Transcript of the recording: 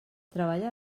treballa